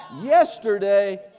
yesterday